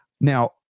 Now